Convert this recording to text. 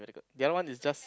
the other one is just